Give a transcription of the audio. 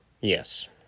Yes